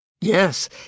Yes